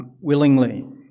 willingly